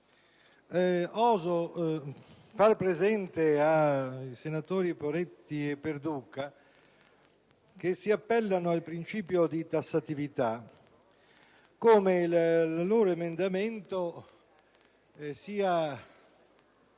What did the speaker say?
oso far presente ai senatori Poretti e Perduca, che si richiamano al principio di tassatività, come il loro emendamento 7.100